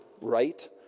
right